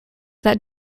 that